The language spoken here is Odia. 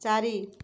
ଚାରି